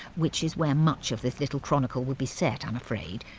which is where much of this little chronicle will be set, i'm afraid.